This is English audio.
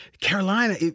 Carolina